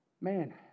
man